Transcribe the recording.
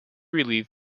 relieve